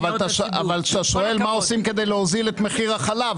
אתה שואל מה עושים כדי להוזיל את מחיר החלב,